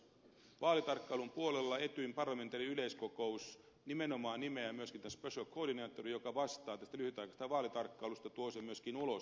vaalitarkkailun puolella etyjin parlamentaarinen yleiskokous nimenomaan nimeää myöskin tämän special coordinatorin joka vastaa tästä lyhytaikaisesta vaalitarkkailusta tuo sen myöskin ulos